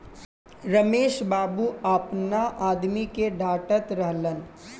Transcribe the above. रमेश बाबू आपना आदमी के डाटऽत रहलन